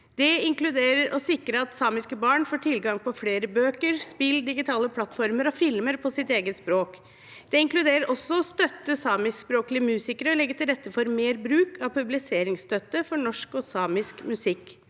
Det inkluderer å sikre at samiske barn får tilgang på flere bøker, spill, digitale plattformer og filmer på sitt eget språk. Det inkluderer også å støtte samiskspråklige musikere og legge til rette for mer bruk av publiseringsstøtte for norsk og samisk musikk.